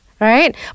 Right